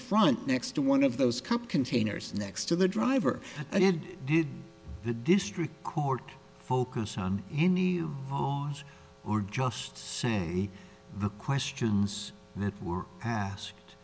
front next to one of those cup containers next to the driver and did the district court focus on any was or just say the questions that were as